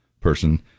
person